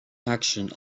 action